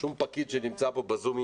שום פקיד שנמצא פה בזום,